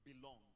belong